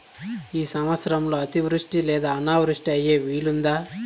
ఈ సంవత్సరంలో అతివృష్టి లేదా అనావృష్టి అయ్యే వీలుందా?